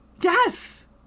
yes